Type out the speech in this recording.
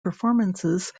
performances